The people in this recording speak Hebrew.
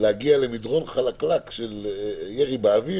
להגיע למדרון חלקלק של ירי באוויר,